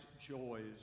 joys